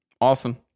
Awesome